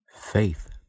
faith